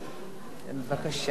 בבקשה.